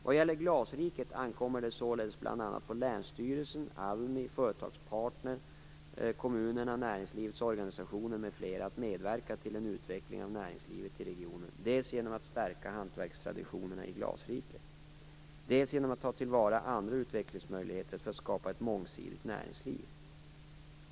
Vad gäller glasriket ankommer det således bl.a. på länsstyrelsen, ALMI Företagspartner AB, kommunerna och näringslivets organisationer att medverka till en utveckling av näringslivet i regionen dels genom att stärka hantverkstraditionerna i glasriket, dels genom att ta till vara andra utvecklingsmöjligheter för att skapa ett mångsidigt näringsliv.